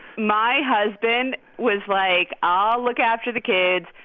my husband was like, i'll look after the kids.